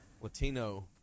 Latino